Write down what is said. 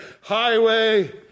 highway